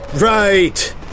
Right